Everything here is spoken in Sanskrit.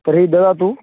तर्हि ददातु